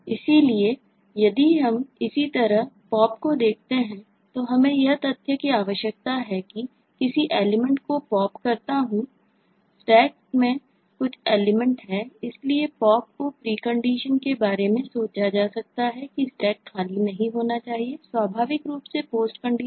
इसलिए यदि हम इसी तरह Pop को देखते हैं तो हमें इस तथ्य की आवश्यकता है कि मैं किसी एलिमेंट को Pop कर सकता हूं